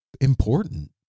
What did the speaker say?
important